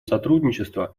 сотрудничества